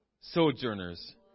sojourners